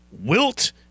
Wilt